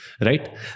right